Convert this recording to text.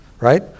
right